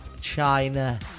China